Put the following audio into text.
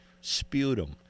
Sputum